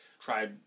try